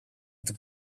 την